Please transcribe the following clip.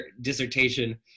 dissertation